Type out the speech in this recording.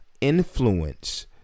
influence